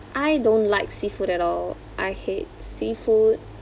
I don't like seafood at all I hate seafood